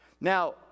now